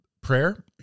prayer